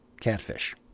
catfish